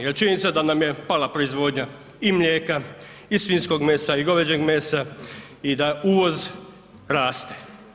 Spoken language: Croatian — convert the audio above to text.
Jer činjenica da nam je pala proizvodnja i mlijeka i svinjskog mesa i goveđeg mesa i da uvoz raste.